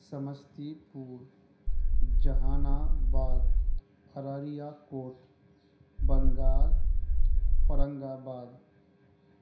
سمستی پور جہان آباد ارریہ کوٹ بنگال اورنگ آباد